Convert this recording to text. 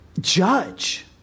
judge